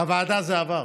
בוועדה זה עבר,